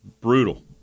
Brutal